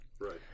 right